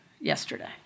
yesterday